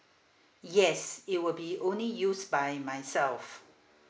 yes it will be only used by myself